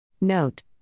Note